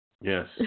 Yes